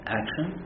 action